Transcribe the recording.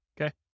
Okay